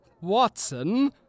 Watson